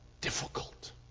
difficult